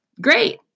Great